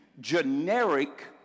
generic